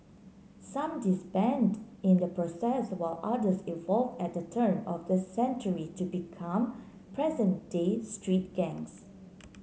some disband in the process while others evolve at turn of the century to become present day street gangs